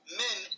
men